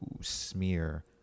smear